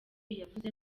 yavuze